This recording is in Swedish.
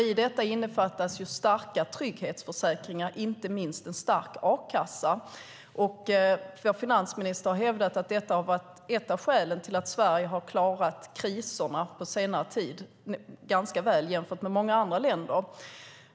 I detta innefattas starka trygghetsförsäkringar, inte minst en stark a-kassa. Vår finansminister har hävdat att detta har varit ett av skälen till att Sverige har klarat kriserna på senare tid ganska väl jämfört med många andra länder.